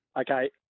Okay